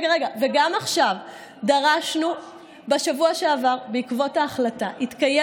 אבל הפסיקה הזאת מעוררת קושי,